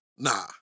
Nah